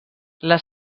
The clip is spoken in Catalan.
les